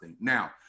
Now